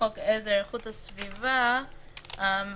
חוק ומשפט בנושא הצעת צו העיריות (עבירות קנס)